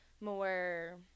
More